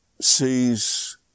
sees